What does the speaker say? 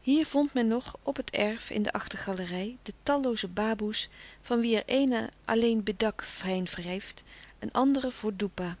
hier vond men nog op het erf in de achtergalerij de tallooze baboe's van wie er eene alleen bedak fijn wrijft een andere voor doepa